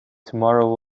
tomorrow